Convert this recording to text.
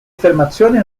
affermazione